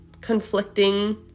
conflicting